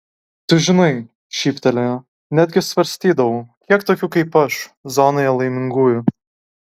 tu žinai šyptelėjo netgi svarstydavau kiek tokių kaip aš zonoje laimingųjų